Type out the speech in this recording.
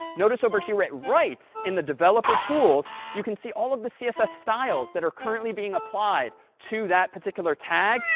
notice over here at right, in the developer tools, you can see all of the css styles that are currently being applied to that particular tag.